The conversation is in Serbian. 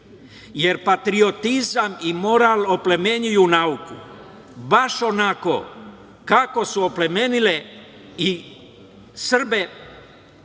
jer patriotizam i moral oplemenjuju nauku baš onako kako su oplemenili i Srbe,